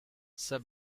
sir